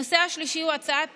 הנושא השלישי הוא הצעת